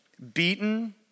beaten